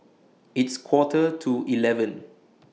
its Quarter to eleven